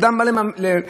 כשהוא עומד חסר אונים,